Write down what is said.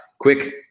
quick